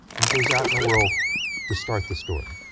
and goes out in the world to start the story.